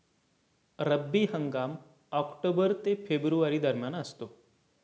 रब्बी हंगाम ऑक्टोबर ते फेब्रुवारी दरम्यान असतो